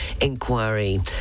inquiry